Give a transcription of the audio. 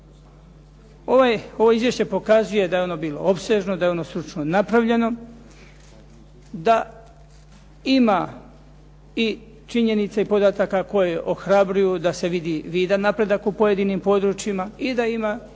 Ovo izvješće pokazuje da je ono bilo opsežno, da je ono stručno napravljeno, da ima i činjenice i podataka koje ohrabruju da se vidi vidan napredak u pojedinim područjima i da ima